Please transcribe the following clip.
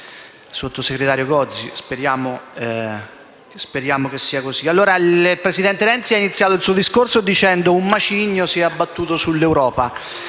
Il presidente Renzi ha iniziato il suo discorso dicendo che un macigno si è abbattuto sull'Europa.